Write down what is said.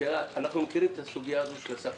אבל אסור לשכוח את הסוגיה של הספקים.